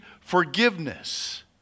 forgiveness